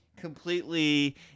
completely